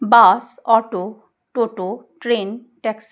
bus auto toto train taxi